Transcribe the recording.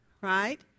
right